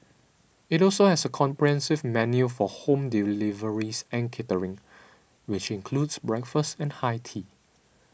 it also has a comprehensive menu for home deliveries and catering which includes breakfast and high tea